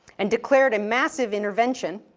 and declared a massive intervention